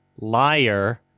Liar